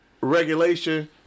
regulation